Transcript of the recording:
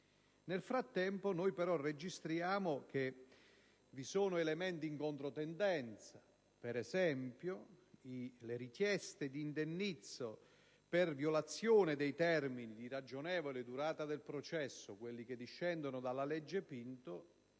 Nel frattempo, però, registriamo elementi in controtendenza. Per esempio, le richieste di indennizzo per violazione dei termini di ragionevole durata del processo che discendono dalla cosiddetta